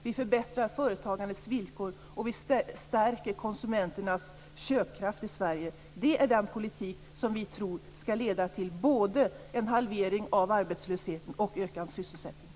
Vi förbättrar företagandets villkor, och vi stärker konsumenternas köpkraft i Sverige. Det är den politik som vi tror skall leda till både en halvering av arbetslösheten och ökad sysselsättning.